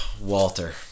Walter